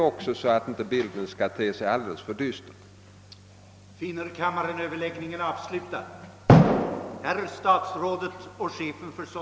att tillgodose det sociala omvårdnadsbe hov som de s.k. julaktionerna i vissa tätorter aktualiserat